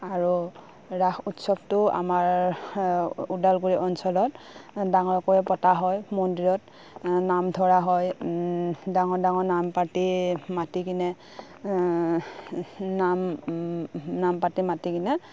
আৰু ৰাস উৎসৱটো আমাৰ ওদালগুৰি অঞ্চলত ডাঙৰকৈ পতা হয় মন্দিৰত নাম ধৰা হয় ডাঙৰ ডাঙৰ নাম পাৰ্টি মাতি কিনে নাম নাম পাৰ্টি মাতি কিনে